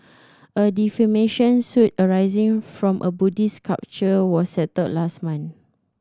a defamation suit arising from a Buddhist sculpture was settled last month